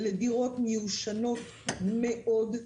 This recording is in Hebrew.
אלו דירות מיושנות מאוד.